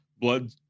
blood